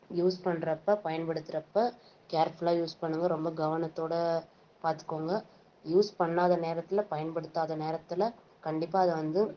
use பண்ணுறப்ப பயன்படுத்துறப்போ கேர்ஃபுல்லாக யூஸ் பண்ணுங்க ரொம்ப கவனத்தோடு பார்த்துக்கோங்க யூஸ் பண்ணாத நேரத்தில் பயன்படுத்தாத நேரத்தில் கண்டிப்பாக அதை வந்து